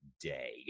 day